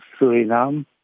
Suriname